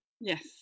Yes